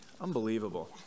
Unbelievable